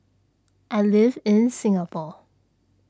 I live in Singapore